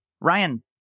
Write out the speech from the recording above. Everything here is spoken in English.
Ryan